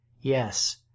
Yes